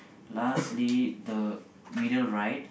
lastly the middle right